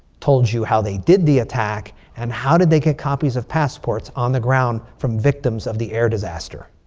told you how they did the attack. and how did they get copies of passports on the ground from victims of the air disaster?